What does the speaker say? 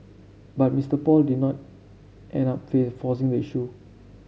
but Mister Paul did not end up forcing the issue